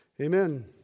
Amen